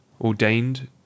ordained